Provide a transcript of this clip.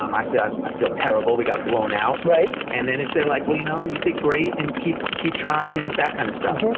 um i say, i i feel terrible, we got blown out. right. and then he'd say like, well you know, you did great, and keep keep trying, and that kind of stuff.